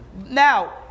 Now